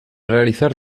realizar